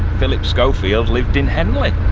philip schofield lived in henley.